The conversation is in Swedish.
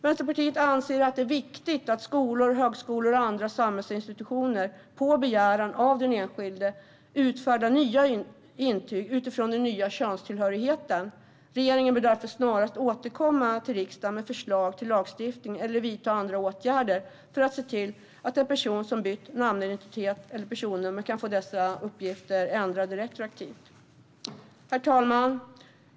Vänsterpartiet anser att det är viktigt att skolor, högskolor och andra samhällsinstitutioner på begäran av den enskilde utfärdar nya intyg utifrån den nya könstillhörigheten. Regeringen vill därför snarast återkomma till riksdagen med förslag till lagstiftning eller vidta andra åtgärder för att se till att en person som bytt namnidentitet eller personnummer kan få dessa uppgifter ändrade retroaktivt. Herr talman!